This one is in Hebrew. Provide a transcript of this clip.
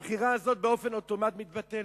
המכירה הזאת באופן אוטומטי מתבטלת,